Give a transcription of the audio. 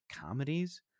comedies